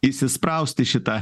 įsispraust į šitą